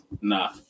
Nah